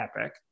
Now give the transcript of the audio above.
Epic